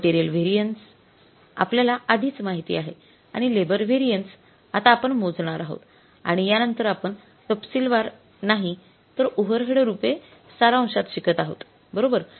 material variants आपल्याला आधीच माहित आहे आणि लेबर व्हेरिएंटस आता आपण मोजणार आहोत आणि या नंतर आपण तपशीलवार नाही तर ओव्हरहेड रूपे सारांशात शिकत आहोत बरोबर